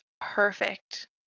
perfect